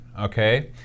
okay